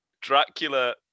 Dracula